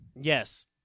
Yes